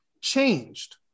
changed